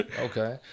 Okay